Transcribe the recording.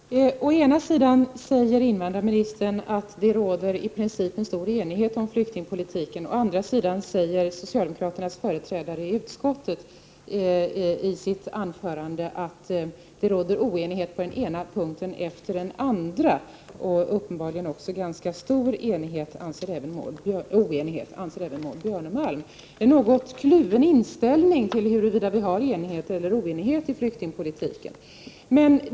Herr talman! Å ena sidan säger invandrarministern att det i princip råder stor enighet om flyktingpolitiken, å andra sidan säger socialdemokraternas företrädare i utskottet i sitt anförande att det råder oenighet på den ena punkten efter den andra — uppenbarligen en ganska stor oenighet, anser även Maud Björnemalm. Det är en något kluven inställning till huruvida vi har enighet eller oenighet i flyktingpolitiken.